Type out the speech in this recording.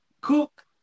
Cook